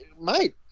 mate